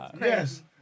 Yes